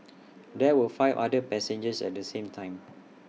there were five other passengers at the time